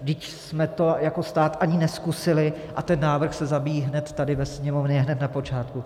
Vždyť jsme to jako stát ani nezkusili a ten návrh se zabíjí hned tady ve Sněmovně hned na počátku.